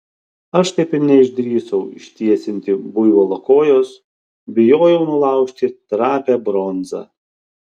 aš taip ir neišdrįsau ištiesinti buivolo kojos bijojau nulaužti trapią bronzą